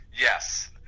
Yes